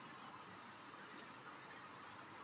avocado हरा रंग का फल होता है